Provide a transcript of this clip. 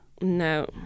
no